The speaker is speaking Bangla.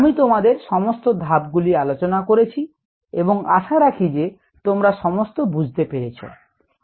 আমি তোমাদের সমস্ত ধাপ গুলি আলোচনা করেছি এবং আশা রাখি যে তোমরা সমস্ত বুঝতে পেরেছ